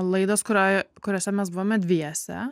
laidos kurioj kuriose mes buvome dviese